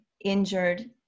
injured